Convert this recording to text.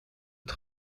het